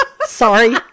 Sorry